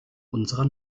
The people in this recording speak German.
unserer